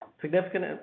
Significant